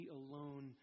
alone